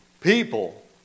people